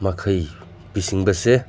ꯃꯈꯩ ꯄꯤꯁꯤꯟꯕꯁꯦ